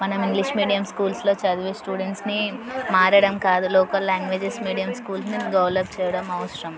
మనం English medium స్కూల్స్లో చదివే స్టూడెంట్స్ని మారడం కాదు లోకల్ లాంగ్వేజెస్ మీడియం స్కూల్స్ని డెవలప్ చేయడం అవసరం